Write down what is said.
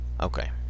okay